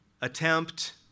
attempt